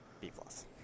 B-plus